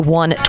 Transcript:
one